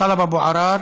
טלב אבו עראר,